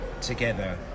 together